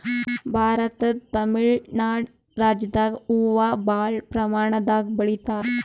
ಭಾರತದ್ ತಮಿಳ್ ನಾಡ್ ರಾಜ್ಯದಾಗ್ ಹೂವಾ ಭಾಳ್ ಪ್ರಮಾಣದಾಗ್ ಬೆಳಿತಾರ್